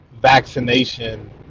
vaccination